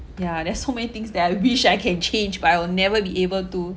yeah there's so many things that I wish I can change by will never be able to